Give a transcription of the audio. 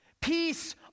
peace